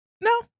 No